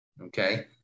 Okay